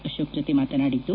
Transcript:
ಅಶೋಕ್ ಜೊತೆ ಮಾತನಾಡಿದ್ದು